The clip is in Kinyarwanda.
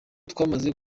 twamaze